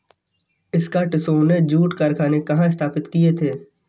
स्कॉटिशों ने जूट कारखाने कहाँ स्थापित किए थे?